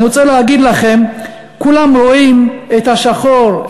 אני רוצה להגיד לכם: כולם רואים את השחור,